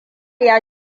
ya